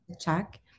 check